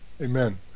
Amen